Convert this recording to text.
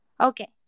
Okay